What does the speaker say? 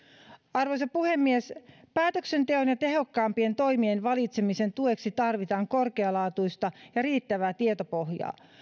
arvoisa puhemies päätöksenteon ja tehokkaampien toimien valitsemisen tueksi tarvitaan korkealaatuista ja riittävää tietopohjaa